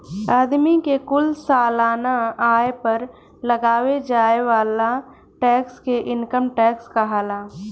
आदमी के कुल सालाना आय पर लगावे जाए वाला टैक्स के इनकम टैक्स कहाला